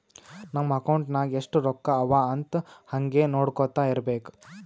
ನಮ್ ಅಕೌಂಟ್ ನಾಗ್ ಎಸ್ಟ್ ರೊಕ್ಕಾ ಅವಾ ಅಂತ್ ಹಂಗೆ ನೊಡ್ಕೊತಾ ಇರ್ಬೇಕ